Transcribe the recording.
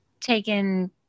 taken